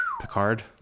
Picard